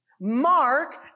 Mark